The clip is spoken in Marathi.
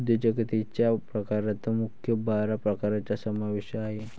उद्योजकतेच्या प्रकारात मुख्य बारा प्रकारांचा समावेश आहे